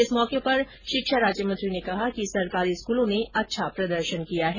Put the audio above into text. इस मौके पर शिक्षा राज्यमंत्री ने कहा कि सरकारी स्कलों ने अच्छा प्रदर्शन किया है